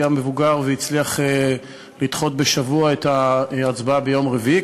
המבוגר והצליח לדחות בשבוע את ההצבעה ביום רביעי,